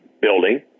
building